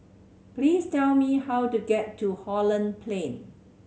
please tell me how to get to Holland Plain